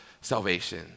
salvation